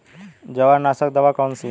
जवारनाशक दवा कौन सी है?